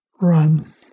run